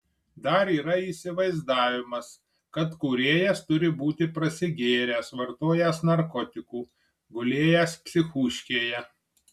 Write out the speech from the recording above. dar yra įsivaizdavimas kad kūrėjas turi būti prasigėręs vartojęs narkotikų gulėjęs psichūškėje